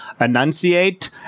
enunciate